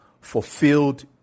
fulfilled